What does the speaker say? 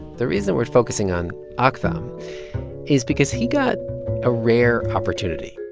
the reason we're focusing on ah akfem is because he got a rare opportunity.